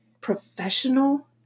Professional